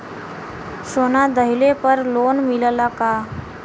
सोना दहिले पर लोन मिलल का?